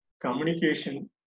communication